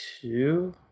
two